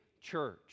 church